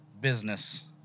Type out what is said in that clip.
business